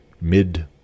mid